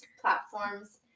platforms